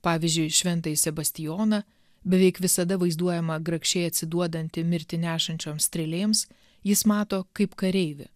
pavyzdžiui šventajį sebastijoną beveik visada vaizduojamą grakščiai atsiduodantį mirtį nešančioms strėlėms jis mato kaip kareivį